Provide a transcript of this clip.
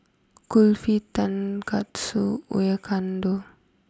Kulfi Tonkatsu Oyakodon